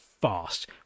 fast